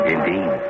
Indeed